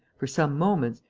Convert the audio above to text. for some moments,